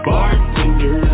Bartender